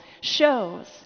shows